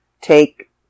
take